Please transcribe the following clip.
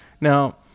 Now